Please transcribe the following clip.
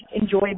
enjoy